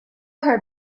her